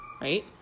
right